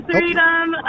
Freedom